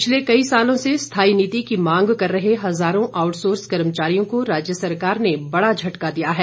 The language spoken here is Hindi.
पिछले कई सालों से स्थायी नीति की मांग कर रहे हजारों आउटसोर्स कर्मचारियों को राज्य सरकार ने बड़ा झटका दिया है